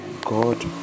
god